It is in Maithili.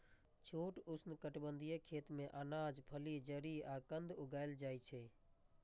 छोट उष्णकटिबंधीय खेत मे अनाज, फली, जड़ि आ कंद उगाएल जाइ छै